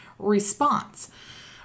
Response